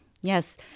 Yes